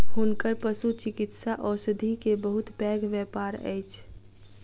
हुनकर पशुचिकित्सा औषधि के बहुत पैघ व्यापार अछि